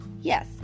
yes